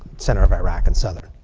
center of iraq, and southern.